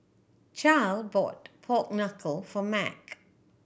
Charle bought pork knuckle for Mack